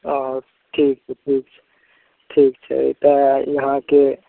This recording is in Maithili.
ओ ठीक छै ठीक छै ठीक छै तऽ यहाँके